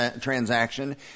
transaction